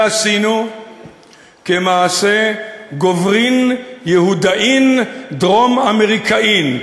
ועשינו כמעשה גוברין יהודאין דרום-אמריקאין,